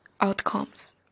outcomes